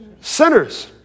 sinners